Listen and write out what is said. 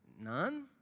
None